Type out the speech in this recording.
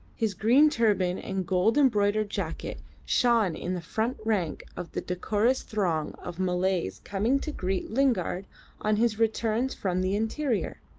his green turban and gold-embroidered jacket shone in the front rank of the decorous throng of malays coming to greet lingard on his returns from the interior